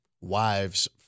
wives